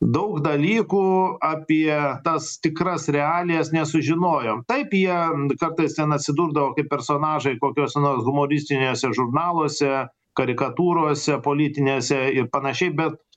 daug dalykų apie tas tikras realijas nesužinojom taip jie kartais ten atsidurdavo kaip personažai kokiose nors humoristinėse žurnaluose karikatūrose politinėse ir panašiai bet